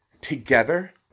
together